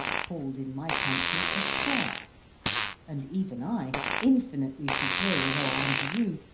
called in my country a square and even i, infinitely superior though i am to you,